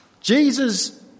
Jesus